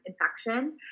infection